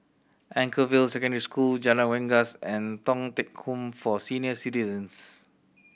Anchorvale Secondary School Jalan Rengas and Thong Teck Home for Senior Citizens